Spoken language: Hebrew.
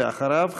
ואחריו,